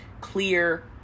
clear